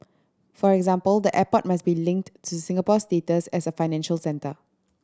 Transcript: for example the airport must be linked to Singapore's status as a financial centre